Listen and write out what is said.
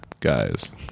guys